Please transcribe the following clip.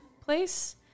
place